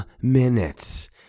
minutes